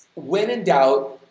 when in doubt,